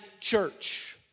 church